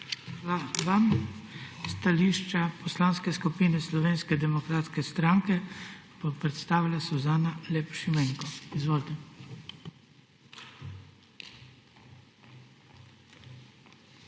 Hvala vam. Stališče Poslanske skupine Slovenske demokratske stranke bo predstavila Suzana Lep Šimenko. Izvolite. SUZANA